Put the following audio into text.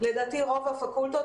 לדעתי לרוב הפקולטות,